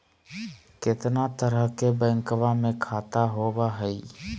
कितना तरह के बैंकवा में खाता होव हई?